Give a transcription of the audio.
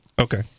Okay